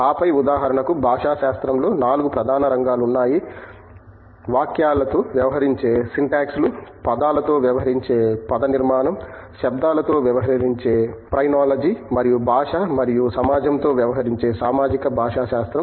ఆపై ఉదాహరణకు భాషాశాస్త్రంలో 4 ప్రధాన రంగాలు ఉన్నాయి వాక్యాలతో వ్యవహరించే సింటాక్స్ లు పదాలతో వ్యవహరించే పదనిర్మాణం శబ్దాలతో వ్యవహరించే ఫ్రేనోలజీ మరియు భాష మరియు సమాజంతో వ్యవహరించే సామాజిక భాషాశాస్త్రం